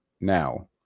now